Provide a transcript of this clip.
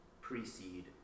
precede